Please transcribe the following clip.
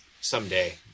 someday